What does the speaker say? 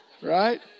Right